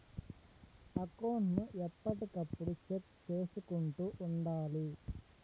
account ను ఎప్పటికప్పుడు check చేసుకుంటూ ఉండాలి